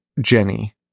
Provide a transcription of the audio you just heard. Jenny